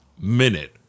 minute